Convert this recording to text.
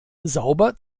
sauber